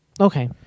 Okay